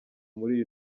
muri